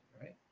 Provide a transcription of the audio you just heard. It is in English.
Right